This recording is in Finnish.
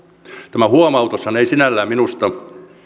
tämä huomautushan ei sinällään minusta